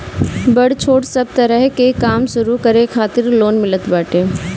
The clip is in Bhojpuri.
बड़ छोट सब तरह के काम शुरू करे खातिर लोन मिलत बाटे